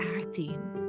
acting